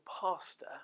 pastor